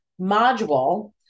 module